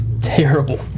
terrible